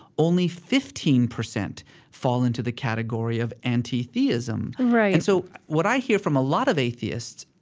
only fifteen percent fall into the category of anti-theism right and so, what i hear from a lot of atheists,